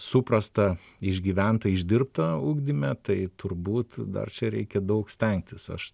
suprasta išgyventa išdirbta ugdyme tai turbūt dar čia reikia daug stengtis aš